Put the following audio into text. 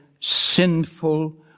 sinful